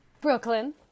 Brooklyn